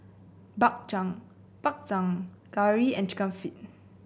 Bak Chang Bak Chang curry and chicken feet